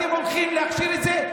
אתם הולכים להכשיר את זה,